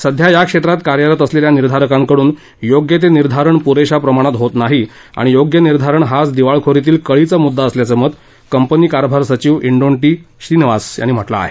सध्या या क्षेत्रात कार्यरत असलेल्या निर्धारकांकडून योग्य ते निर्धारण पुरेशा प्रमाणात होत नाही आणि योग्य निर्धारण हाच दिवाळखोरीतील कळीचा मुद्दा असल्याचं मत कंपनी कारभार सचिव इंन्डोटी श्रीनिवास यांनी म्हटलं आहे